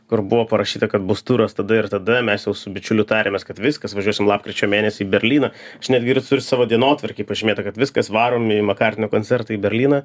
kur buvo parašyta kad bus turas tada ir tada mes jau su bičiuliu tarėmės kad viskas važiuosim lapkričio mėnesį į berlyną aš netgi ir turiu savo dienotvarkėj pažymėta kad viskas varom į makartnio koncertą į berlyną